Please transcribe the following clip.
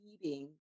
feeding